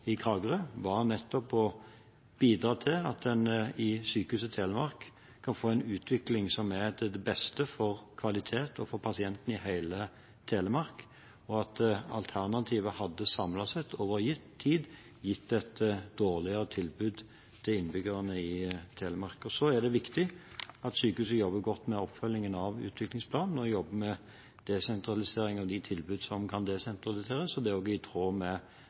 i Kragerø, var nettopp å bidra til at en i Sykehuset Telemark skal få en utvikling som er til det beste for kvaliteten og for pasientene i hele Telemark, og at alternativet, samlet sett over tid, hadde gitt et dårligere tilbud til innbyggerne i Telemark. Så er det viktig at sykehuset jobber godt med oppfølgingen av utviklingsplanen og med desentralisering av de tilbudene som kan desentraliseres. Det er også i tråd med